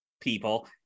people